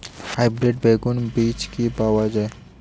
Hybrid বেগুনের বীজ কি পাওয়া য়ায়?